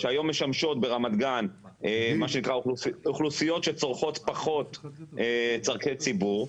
שהיום משמות ברמת גן אוכלוסיות שצורכות פחות צורכי ציבור,